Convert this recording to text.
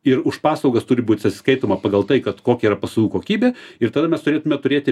ir už paslaugas turi būt atsiskaitoma pagal tai kad kokia yra paslaugų kokybė ir tada mes turėtume turėti